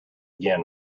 again